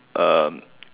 um